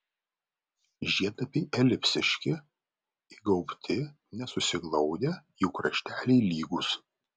žiedlapiai elipsiški įgaubti nesusiglaudę jų krašteliai lygūs